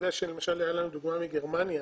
הייתה לנו דוגמה מגרמניה,